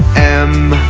m,